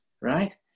right